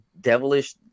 devilish